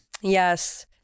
Yes